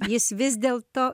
jis vis dėl to